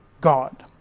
God